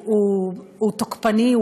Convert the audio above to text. שהוא תוקפני,